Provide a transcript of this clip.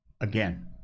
Again